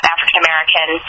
African-American